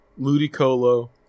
Ludicolo